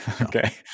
Okay